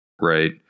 Right